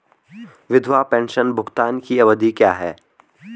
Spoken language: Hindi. विधवा पेंशन भुगतान की अवधि क्या है?